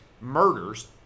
murders